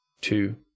two